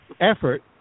effort